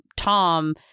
Tom